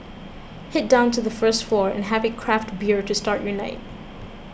head down to the first floor and have a craft bear to start your night